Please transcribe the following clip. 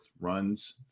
runs